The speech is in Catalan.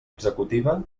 executiva